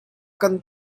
kan